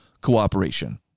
cooperation